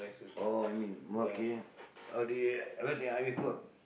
oh I mean okay how do you highway code